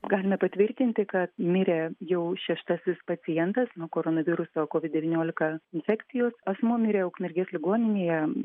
galime patvirtinti kad mirė jau šeštasis pacientas nuo koronaviruso kovid devyniolika infekcijos asmuo mirė ukmergės ligoninėje